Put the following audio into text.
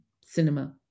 cinema